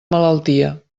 malaltia